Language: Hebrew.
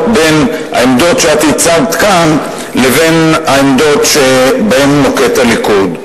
בין העמדות שאת הצגת כאן לבין העמדות שנוקט הליכוד.